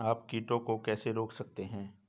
आप कीटों को कैसे रोक सकते हैं?